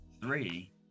three